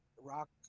rock